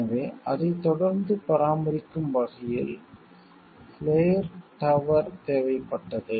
எனவே அதை தொடர்ந்து பராமரிக்கும் வகையில் ஃப்ளேர் டவர் தேவைப்பட்டது